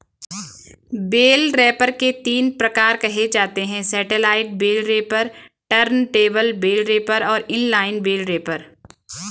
bell wrapper के तीन प्रकार कहे जाते हैं satellite bale wrapper, turntable bale wrapper और इन लाइन बेल रैपर